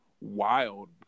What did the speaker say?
wild